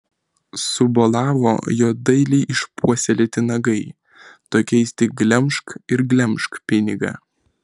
subolavo jo dailiai išpuoselėti nagai tokiais tik glemžk ir glemžk pinigą